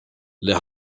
les